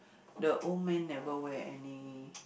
the old man never wear any